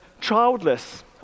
childless